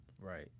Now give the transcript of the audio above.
Right